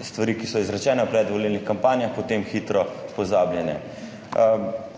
stvari, ki so izrečene v predvolilnih kampanjah, potem hitro pozabljene.